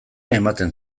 ematen